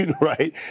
right